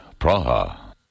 Praha